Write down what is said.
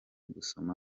gusoma